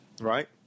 right